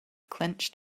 clenched